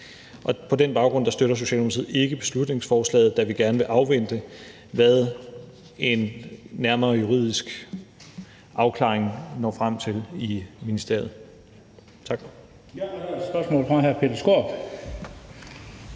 på den baggrund støtter Socialdemokratiet ikke beslutningsforslaget, da vi gerne vil afvente, hvad en nærmere juridisk afklaring når frem til i ministeriet. Tak.